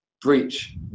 breach